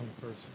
person